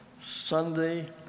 Sunday